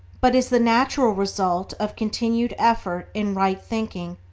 but is the natural result of continued effort in right thinking,